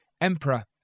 emperor